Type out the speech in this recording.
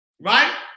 Right